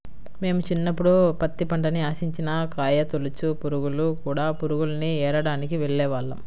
మేము చిన్నప్పుడు పత్తి పంటని ఆశించిన కాయతొలచు పురుగులు, కూడ పురుగుల్ని ఏరడానికి వెళ్ళేవాళ్ళం